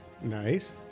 Nice